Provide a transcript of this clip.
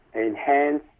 enhance